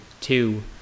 two